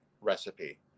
recipe